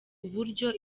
uburyo